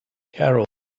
carol